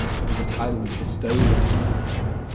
it was a title bestowed upon him.